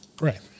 Right